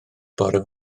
bore